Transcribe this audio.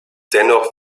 dennoch